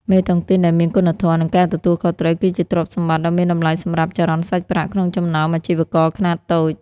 មេតុងទីនដែលមានគុណធម៌ និងការទទួលខុសត្រូវ គឺជាទ្រព្យសម្បត្តិដ៏មានតម្លៃសម្រាប់ចរន្តសាច់ប្រាក់ក្នុងចំណោមអាជីវករខ្នាតតូច។